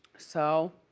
so,